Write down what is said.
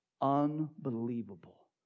unbelievable